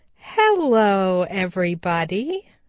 hello, everybody,